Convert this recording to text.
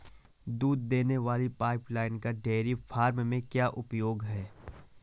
दूध देने वाली पाइपलाइन का डेयरी फार्म में क्या उपयोग है?